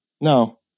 no